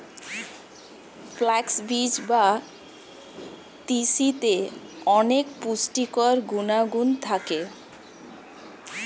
flax বীজ বা তিসিতে অনেক পুষ্টিকর গুণাগুণ থাকে